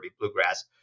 Bluegrass